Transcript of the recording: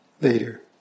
later